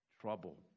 trouble